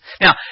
Now